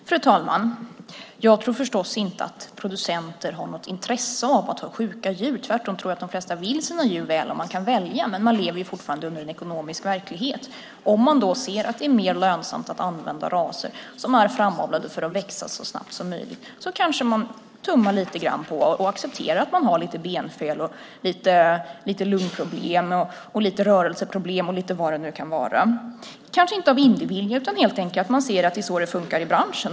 Fru talman! Jag tror förstås inte att producenter har något intresse av att ha sjuka djur. Tvärtom tror jag att de flesta vill sina djur väl, om de kan välja. Men man lever fortfarande under en ekonomisk verklighet. Om man ser att det är lönsammare att använda raser som är framavlade för att växa så snabbt som möjligt kanske man accepterar att kycklingarna har lite benfel, lite lungproblem, lite rörelseproblem och lite vad det nu kan vara - kanske inte av illvilja, utan helt enkelt för att man ser att det är så det funkar i branschen.